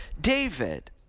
David